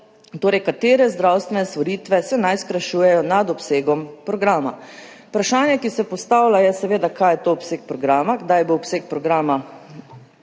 katere zdravstvene storitve naj se skrajšujejo nad obsegom programa. Vprašanje, ki se postavlja, je seveda, kaj je to obseg programa, kdaj bo obseg programa